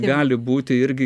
gali būti irgi